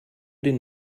den